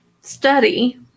study